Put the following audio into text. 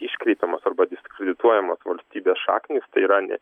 iškreipiamos arba diskredituojamos valstybės šaknys tai yra ne